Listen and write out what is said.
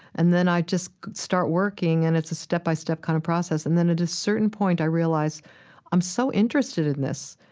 and then i just start working and it's a step-by-step kind of process. and then, at a certain point, i realize i'm so interested in this.